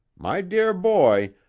my dear boy,